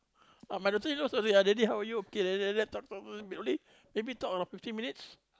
ah my daughter also daddy how are you okay l~ laptop problem we only maybe talk about fifteen minutes